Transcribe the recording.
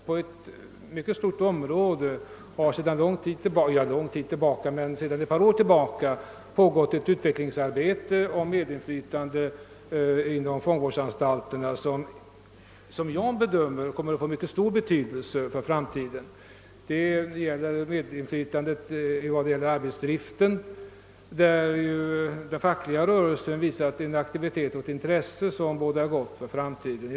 På ett stort område har det sedan ett par år tillbaka pågått ett utvecklingsarbete om medinflytande inom =<:fångvårdsanstalterna, som jag bedömer kommer att få mycket stor betydelse i framtiden. Det gäller medinflytandet över arbetsdriften. Den fackliga rörelsen har visat en aktivitet och ett intresse som bådar gott för framtiden.